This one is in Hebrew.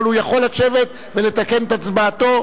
אבל הוא יכול לשבת ולתקן את הצבעתו.